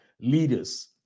leaders